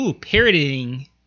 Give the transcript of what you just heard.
parodying